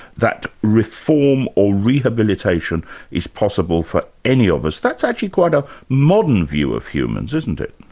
that reform or rehabilitation is possible for any of us. that's actually quite a modern view of humans, isn't it?